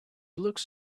looks